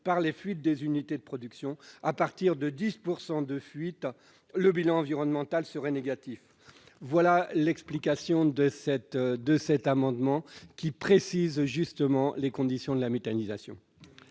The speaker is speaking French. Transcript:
par les fuites des unités de production : à partir de 10 % de fuites, le bilan environnemental serait négatif. Voilà l'explication de cet amendement, qui précise les conditions de la méthanisation.